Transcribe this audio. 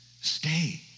Stay